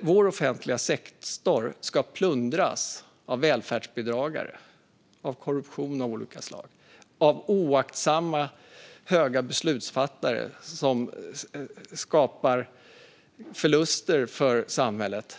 vår offentliga sektor ska plundras genom korruption av olika slag, av välfärdsbedragare eller av oaktsamma höga beslutsfattare som skapar förluster för samhället.